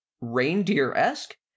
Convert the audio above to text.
reindeer-esque